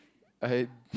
I